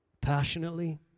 Passionately